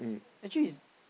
actually is